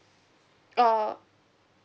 err